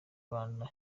rwanda